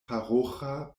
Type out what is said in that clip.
paroĥa